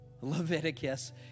Leviticus